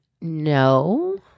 No